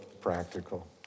practical